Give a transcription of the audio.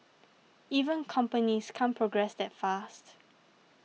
even companies can't progress that fast